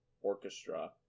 orchestra